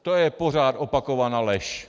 To je pořád opakovaná lež.